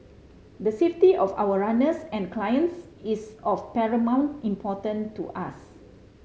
the safety of our runners and clients is of paramount importance to us